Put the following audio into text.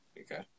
Okay